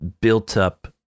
built-up